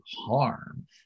harm